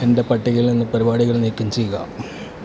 എൻ്റെ പട്ടികയിൽ നിന്ന് പരിപാടികൾ നീക്കം ചെയ്യുക